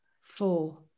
four